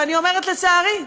ואני אומרת לצערי,